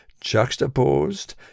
juxtaposed